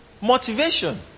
Motivation